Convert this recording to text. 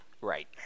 Right